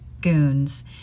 Goons